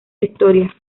historia